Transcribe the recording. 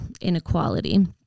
inequality